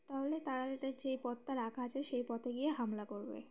তাহলে তারা তাদের যেই পথটা রাখা আছে সেই পথে গিয়ে হামলা করবে